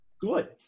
good